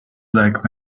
black